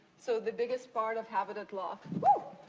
so the biggest part of habitat loss, yeah,